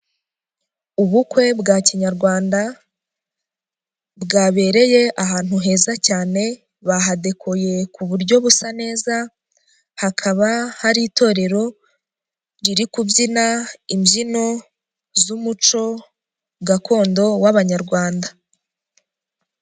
Ubukwe bwa kinyarwanda, bwabereye ahantu heza cyane, bahadekuye ku buryo busa neza, hakaba hari itorero riri kubyina imbyino z'umuco gakondo w'abanyarwanda.